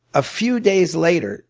a few days later,